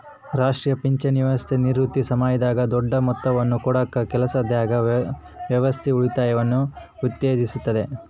ರಾಷ್ಟ್ರೀಯ ಪಿಂಚಣಿ ವ್ಯವಸ್ಥೆ ನಿವೃತ್ತಿ ಸಮಯದಾಗ ದೊಡ್ಡ ಮೊತ್ತವನ್ನು ಕೊಡಕ ಕೆಲಸದಾದ್ಯಂತ ವ್ಯವಸ್ಥಿತ ಉಳಿತಾಯನ ಉತ್ತೇಜಿಸುತ್ತತೆ